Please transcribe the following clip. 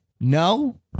No